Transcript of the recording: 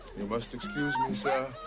you must excuse me, sir.